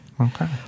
Okay